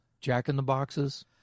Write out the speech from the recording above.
jack-in-the-boxes